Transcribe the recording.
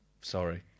Sorry